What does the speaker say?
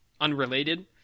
unrelated